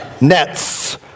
nets